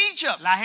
Egypt